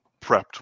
prepped